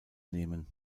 nehmen